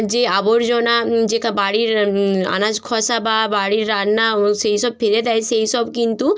যে আবর্জনা যেটা বাড়ির আনাজ খোসা বা বাড়ির রান্না ও সেই সব ফেলে দেয় সেই সব কিন্তু